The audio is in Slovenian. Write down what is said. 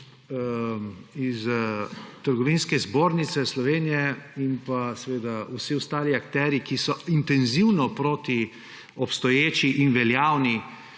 iz Trgovinske zbornice Slovenije in vsi ostali akterji, ki so intenzivno proti obstoječi in veljavni